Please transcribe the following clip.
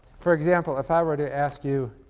for example, if i were to ask you